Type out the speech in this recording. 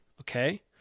okay